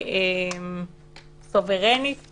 סוברנית